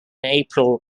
april